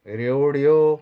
रेवडियो